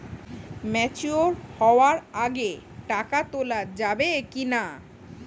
Mature হওয়ার আগে টাকা তোলা যাবে কিনা?